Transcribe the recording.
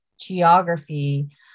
geography